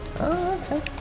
Okay